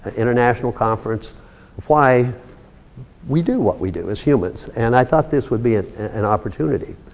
international conference, of why we do what we do as humans. and i thought this would be an an opportunity.